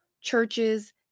churches